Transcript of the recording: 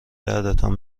دردتان